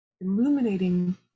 illuminating